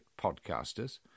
podcasters